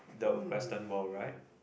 the Western world right